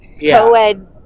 co-ed